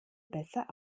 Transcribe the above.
besser